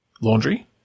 laundry